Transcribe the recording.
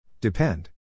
Depend